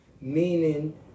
Meaning